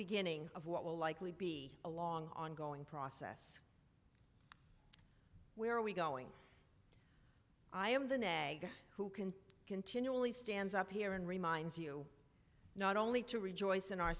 beginning of what will likely be a long ongoing process where are we going i am the neg who can continually stands up here and reminds you not only to rejoice in our